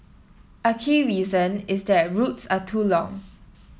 a key reason is that routes are too long